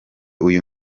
uyu